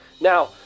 now